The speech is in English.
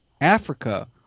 Africa